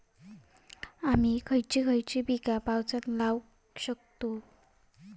आम्ही खयची खयची पीका पावसात लावक शकतु?